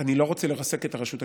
אני לא רוצה לרסק את הרשות השופטת.